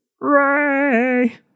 Ray